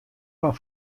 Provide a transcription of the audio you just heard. fan